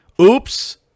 Oops